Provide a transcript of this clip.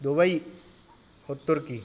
Dubai और तुर्की